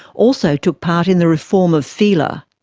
also took part in the reform of fila.